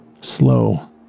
slow